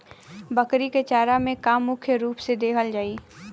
बकरी क चारा में का का मुख्य रूप से देहल जाई?